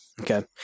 Okay